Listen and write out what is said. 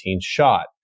Shot